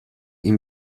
ihm